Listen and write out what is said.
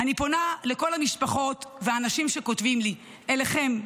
אני פונה לכל המשפחות והאנשים שכותבים לי, אליכם: